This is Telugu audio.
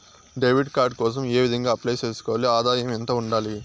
డెబిట్ కార్డు కోసం ఏ విధంగా అప్లై సేసుకోవాలి? ఆదాయం ఎంత ఉండాలి?